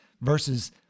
versus